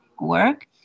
work